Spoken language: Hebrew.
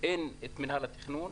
אין נציג של מנהל התכנון,